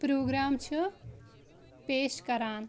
programme چھِ پیش کران